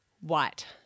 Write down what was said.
white